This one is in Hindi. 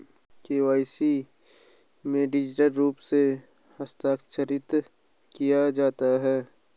के.वाई.सी में डिजिटल रूप से हस्ताक्षरित किया जाता है